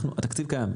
התקציב קיים.